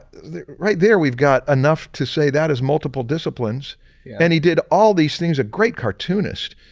right? there we've got enough to say that is multiple disciplines and he did all these things, a great cartoonist.